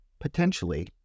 potentially